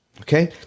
Okay